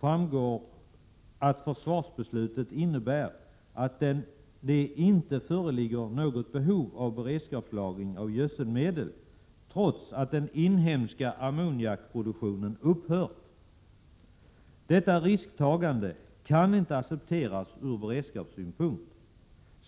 framgår att försvarsbeslutet innebär att det inte föreligger något behov av beredskapslagring av gödselmedel trots att den inhemska ammoniakproduktionen har upphört. Detta risktagande kan inte accepteras ur beredskapssynpunkt.